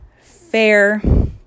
fair